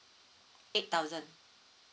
eight thousand